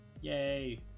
Yay